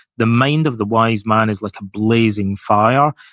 the mind of the wise man is like a blazing fire,